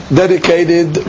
dedicated